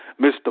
Mr